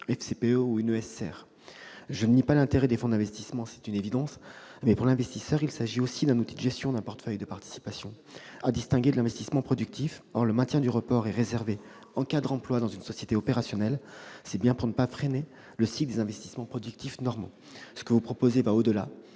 FCPE ou une SCR. Je ne nie pas l'intérêt des fonds d'investissement, c'est une évidence, mais, pour l'investisseur, il s'agit aussi d'un outil de gestion d'un portefeuille de participations, à distinguer de l'investissement productif. Or si le maintien du report est réservé en cas de remploi dans une société opérationnelle, c'est bien pour ne pas freiner le cycle des investissements productifs normaux. Ce que vous proposez va au-delà,